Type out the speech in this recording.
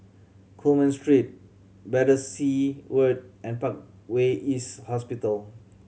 Coleman Street Battersea Road and Parkway East Hospital